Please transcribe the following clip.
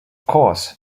course